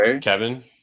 Kevin